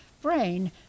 brain